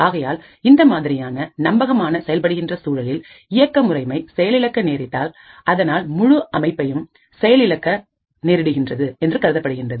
ஆகையால் இந்த மாதிரியானநம்பகமான செயல்படுகின்ற சூழலில் இயக்க முறைமை செயல் இழக்க நேரிட்டால் அதனால் முழு அமைப்பும் செயல் இழக்க நேரிடுகிறது என்று கருதப்படுகின்றது